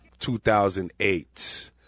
2008